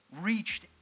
reached